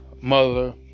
mother